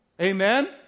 Amen